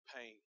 pain